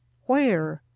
where?